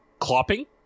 clopping